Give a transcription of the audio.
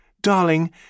Darling